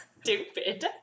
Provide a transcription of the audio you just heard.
Stupid